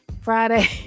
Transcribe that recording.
Friday